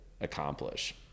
accomplish